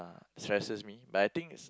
stresses me but I think